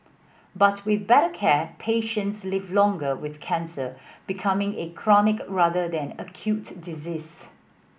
but with better care patients live longer with cancer becoming a chronic rather than acute disease